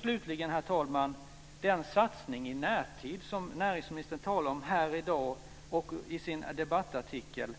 Slutligen, herr talman, känns det mycket märkligt med den satsning i närtid som näringsministern talar om här i dag och i sin debattartikel.